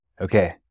Okay